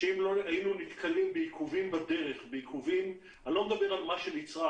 שאם לא היינו נתקלים בעיכובים בדרך בעיכובים אני לא מדבר על מה שנצרך,